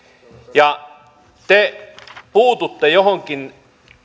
ja te puututte johonkin